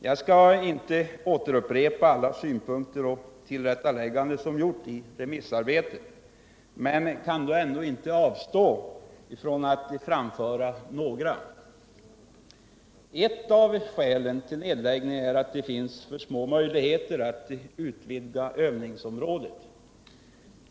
Jag skall inte återupprepa alla synpunkter och tillrättalägganden som gjorts i remissarbetet men kan ändå inte avstå från att framföra några Ett av skälen till nedläggningen är att det finns för små möjligheter att utvidga övningsområdet.